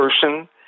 person